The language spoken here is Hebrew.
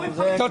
יש פה עיקולים.